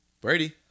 Brady